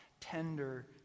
tender